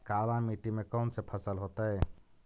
काला मिट्टी में कौन से फसल होतै?